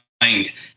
mind